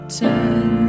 turn